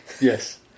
Yes